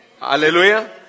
Hallelujah